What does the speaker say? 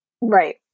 right